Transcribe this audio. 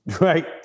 right